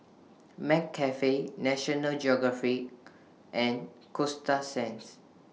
McCafe National Geographic and Coasta Sands